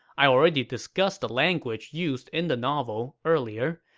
i already discussed the language used in the novel earlier.